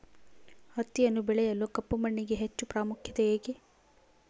ಹತ್ತಿಯನ್ನು ಬೆಳೆಯಲು ಕಪ್ಪು ಮಣ್ಣಿಗೆ ಹೆಚ್ಚು ಪ್ರಾಮುಖ್ಯತೆ ಏಕೆ?